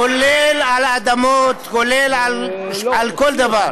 כולל על האדמות, כולל על כל דבר.